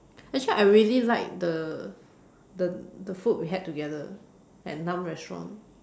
actually I really like the the the food we had together at nahm restaurant